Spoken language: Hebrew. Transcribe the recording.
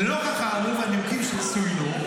לנוכח האמור והנימוקים שצוינו,